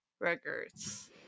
records